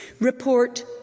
report